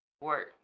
Work